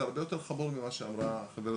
זה הרבה יותר חמור ממה שאמרה חברתי.